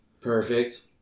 Perfect